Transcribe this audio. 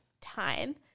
time